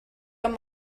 amb